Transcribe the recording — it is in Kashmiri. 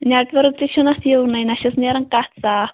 نیٚٹ ؤرٕک تہِ چھُ نہٕ اَتھ یِونٕے نہَ چھُس نیران کتھٕ صاف